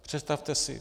Představte si.